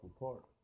apart